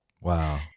Wow